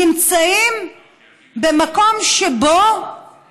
נמצאים במקום שבו